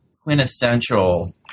quintessential